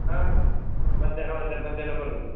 ಹಾಂ ಮಧ್ಯಾಹ್ನ ಮದ್ದೆ ಮಧ್ಯಾಹ್ನ ಬರೋದು